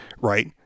right